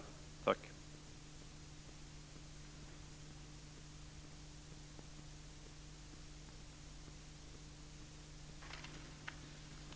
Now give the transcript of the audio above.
Tack!